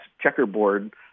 checkerboard